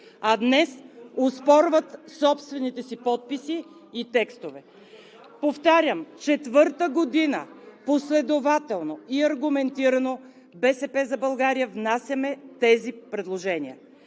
а днес оспорват собствените си подписи и текстове. (Шум и реплики.) Повтарям, четвърта година последователно и аргументирано „БСП за България“ внасяме тези предложения.